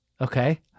Okay